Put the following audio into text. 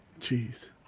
Jeez